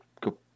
go